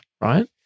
right